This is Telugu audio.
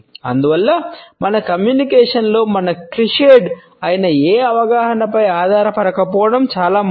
అందువల్ల మన కమ్యూనికేషన్ లో మనం క్లిచ్డ్ అయిన ఏ అవగాహనపై ఆధారపడకపోవడం చాలా ముఖ్యం